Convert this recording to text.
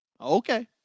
Okay